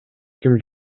ким